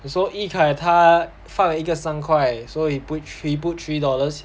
so yikai 他放了一个三块 so he put three put three dollars